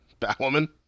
Batwoman